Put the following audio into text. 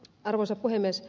arvoisa puhemies